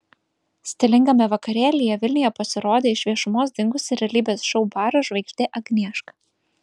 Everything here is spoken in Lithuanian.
stilingame vakarėlyje vilniuje pasirodė iš viešumos dingusi realybės šou baras žvaigždė agnieška